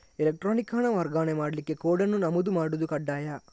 electronic ಹಣ ವರ್ಗಾವಣೆ ಮಾಡ್ಲಿಕ್ಕೆ ಕೋಡ್ ಅನ್ನು ನಮೂದು ಮಾಡುದು ಕಡ್ಡಾಯ